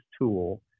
tool